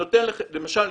למשל,